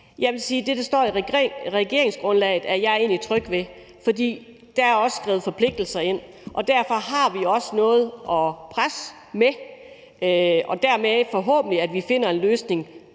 Jeg vil sige, at det, der står i regeringsgrundlaget, er jeg egentlig tryg ved, for der er også skrevet forpligtelser ind. Derfor har vi også noget at presse med, og dermed finder vi forhåbentlig en løsning